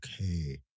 okay